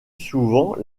souvent